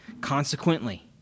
Consequently